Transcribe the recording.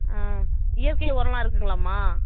ஆ இயற்கை உரலாம் இருக்குதுங்களாம்மா